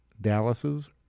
Dallas's